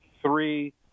three